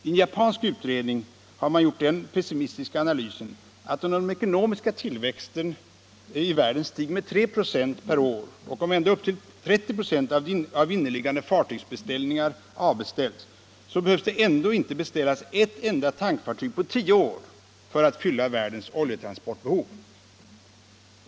I en japansk utredning har man gjort den pessimistiska analysen, att om den ekonomiska tillväxten i världen stiger med 3 96 per år och om ända upp till 30 96 av inneliggande fartygsbeställningar avbeställs, så behöver det ändå inte beställas ett enda tankfartyg på tio år för att fylla världens oljetransportbehov.